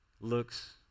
looks